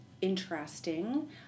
interesting